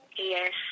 Yes